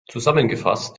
zusammengefasst